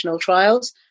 trials